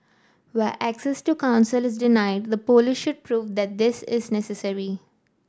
where access to counsel is denied the police should prove that this is necessary